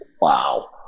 wow